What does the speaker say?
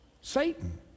Satan